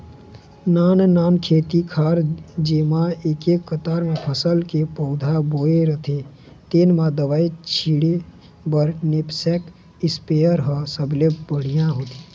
नाननान खेत खार जेमा एके कतार म फसल के पउधा बोवाए रहिथे तेन म दवई छिंचे बर नैपसेक इस्पेयर ह सबले बड़िहा होथे